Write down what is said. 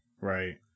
Right